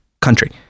country